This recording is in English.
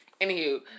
Anywho